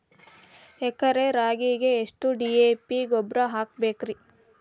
ಎಕರೆ ರಾಗಿಗೆ ಎಷ್ಟು ಡಿ.ಎ.ಪಿ ಗೊಬ್ರಾ ಹಾಕಬೇಕ್ರಿ?